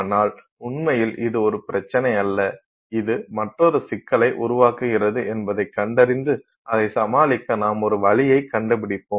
ஆனால் உண்மையில் இது ஒரு பிரச்சினை அல்ல இது மற்றொரு சிக்கலை உருவாக்குகிறது என்பதைக் கண்டறிந்து அதைச் சமாளிக்க நாம் ஒரு வழியைக் கண்டுபிடிப்போம்